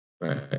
Right